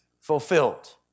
fulfilled